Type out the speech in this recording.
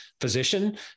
physician